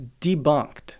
debunked